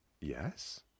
Yes